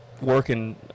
working